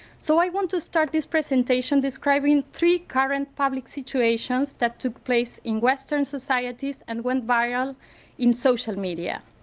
so i want to start this presentation describing three current public situations that took place in western societies and went viral in social media.